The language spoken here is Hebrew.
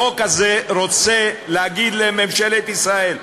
החוק הזה רוצה להגיד לממשלת ישראל,